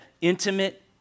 intimate